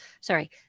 sorry